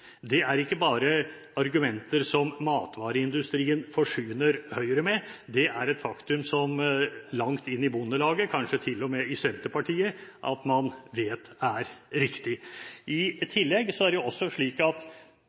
Det er ikke bare argumenter som matvareindustrien forsyner Høyre med. Det er et faktum som man langt inn i Bondelaget, kanskje til og med i Senterpartiet, vet er riktig. I tillegg er det slik at